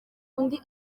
undi